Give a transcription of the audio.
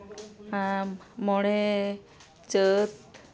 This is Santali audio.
ᱟᱨ ᱢᱚᱬᱮ ᱪᱟᱹᱛ